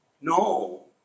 no